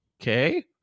okay